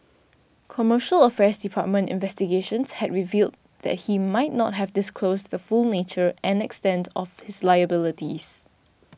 Commercial Affairs Department investigations had revealed that he might not have disclosed the full nature and extent of his liabilities